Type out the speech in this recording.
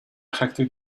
hectic